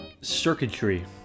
Circuitry